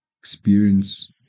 experience